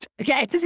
Okay